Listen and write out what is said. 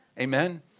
Amen